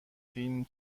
فیلم